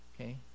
okay